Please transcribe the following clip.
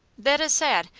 that is sad.